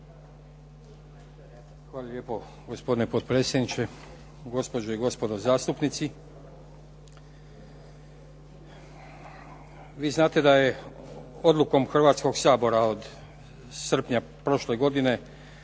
Hvala lijepo. Gospodine potpredsjedniče, gospođe i gospodo zastupnici. Vi znate da je odlukom Hrvatskog sabora od srpnja prošle godine